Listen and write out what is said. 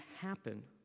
happen